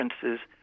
differences